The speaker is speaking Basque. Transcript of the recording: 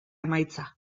emaitza